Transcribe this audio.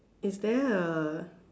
is there A